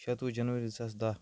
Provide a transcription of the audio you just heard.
شتوُہ جنوری زٕ ساس دہ